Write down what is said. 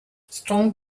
strong